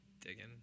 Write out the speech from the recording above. digging